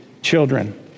children